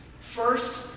First